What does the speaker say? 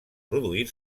produir